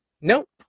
nope